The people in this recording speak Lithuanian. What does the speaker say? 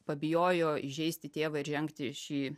pabijojo įžeisti tėvą ir žengti šį